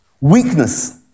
weakness